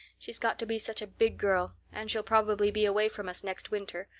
she's got to be such a big girl and she'll probably be away from us next winter.